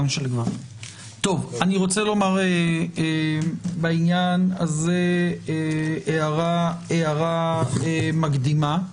אני רוצה בעניין הזה הערה מקדימה.